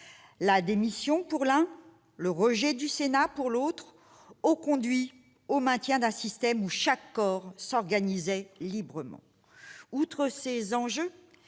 La démission pour l'un, le rejet du Sénat pour l'autre ont conduit au maintien d'un système dans lequel chaque corps s'organisait librement. Outre ces enjeux,